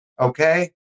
Okay